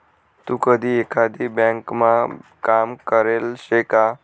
तू कधी एकाधी ब्यांकमा काम करेल शे का?